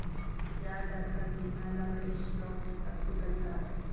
ब्याज दर का गिरना लवरेज्ड लोन में सबसे बड़ी बात है